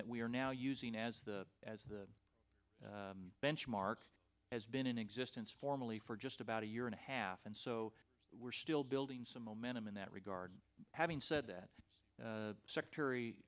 that we are now using as the as the benchmark has been in existence formally for just about a year and a half and so we're still building some momentum in that regard having said that secretary